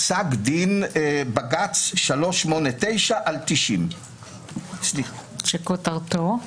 פסק דין בג"ץ 389/90. וכותרתו?